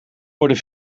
worden